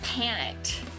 panicked